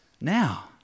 now